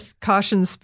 caution